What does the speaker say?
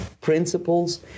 principles